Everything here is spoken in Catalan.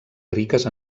riques